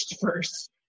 first